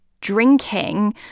drinking